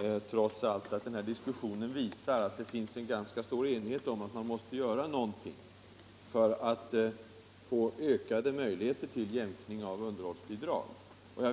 Herr talman! Denna diskussion visar att det råder stor enighet om att något måste göras för att öka möjligheten till jämkning av underhållsbidrag. För